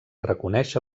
reconèixer